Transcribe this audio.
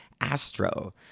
Astro